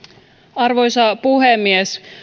arvoisa puhemies